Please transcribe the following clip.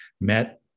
met